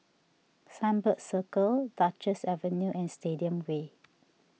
Sunbird Circle Duchess Avenue and Stadium Way